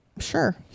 sure